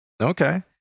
Okay